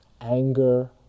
anger